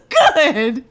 good